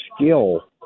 skill